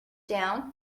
down